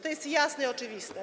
To jest jasne i oczywiste.